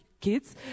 kids